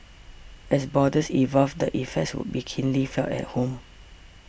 as borders evolve the effects would be keenly felt at home